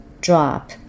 Drop